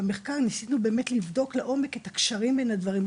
במחקר ניסינו באמת לבדוק לעומק אתה קשרים בין הדברים,